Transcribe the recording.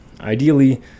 Ideally